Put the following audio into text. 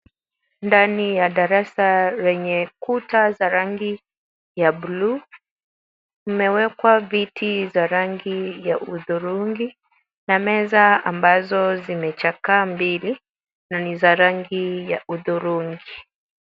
Ndani ya darasa lenye kuta za rangi ya bluu, mumewekwa viti za rangi ya hudhurungi na meza ambazo zimechakaa mbili, na ni za rangi ya hudhurungi.